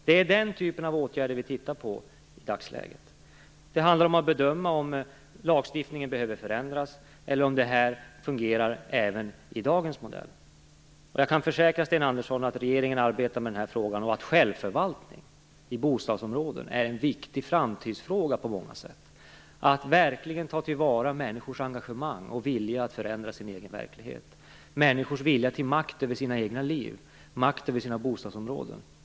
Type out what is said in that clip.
Det är den typen av åtgärder vi tittar på i dagsläget. Det handlar om att bedöma om lagstiftningen behöver förändras eller om detta fungerar även i dagens modell. Jag kan försäkra Sten Andersson att regeringen arbetar med den här frågan. Självförvaltning i bostadsområden är en viktig framtidsfråga på många sätt. Det handlar om att verkligen ta till vara människors engagemang och vilja att förändra sin egen verklighet och människors vilja till makt över sina egna liv och sina bostadsområden.